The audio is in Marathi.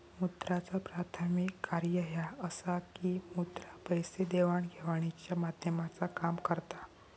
मुद्राचा प्राथमिक कार्य ह्या असा की मुद्रा पैसे देवाण घेवाणीच्या माध्यमाचा काम करता